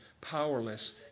powerless